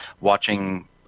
watching